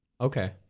okay